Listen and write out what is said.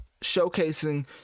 showcasing